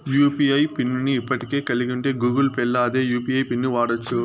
UPI pin ని ఇప్పటికే కలిగుంటే గూగుల్ పేల్ల అదే యూ.పి.ఐ పిన్ను వాడచ్చు